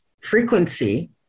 frequency